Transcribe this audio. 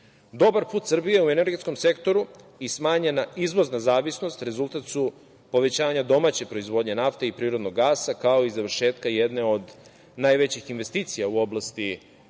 63%.Dobar put Srbije u energetskom sektoru i smanjena izvozna zavisnost rezultat su povećanja domaće proizvodnje nafte i prirodnog gasa, kao i završetka jedne od najvećih investicija u oblasti